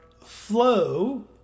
flow